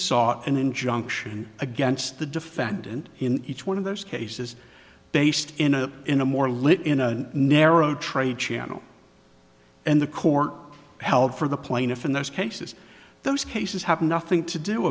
saw an injunction against the defendant in each one of those cases based in a in a more live in a narrow trade channel and the court held for the plaintiff in those cases those cases have nothing to do